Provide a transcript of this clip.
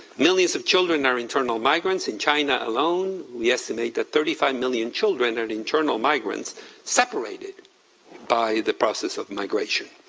millions of children are internal migrants in china alone. we estimate that thirty five million children are and internal migrants separated by the process migration.